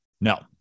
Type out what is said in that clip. No